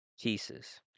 pieces